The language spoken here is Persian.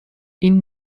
این